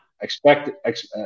expect